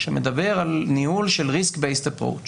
שמדבר על ניהול של Risk Based Approach